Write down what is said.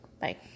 Bye